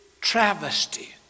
Travesty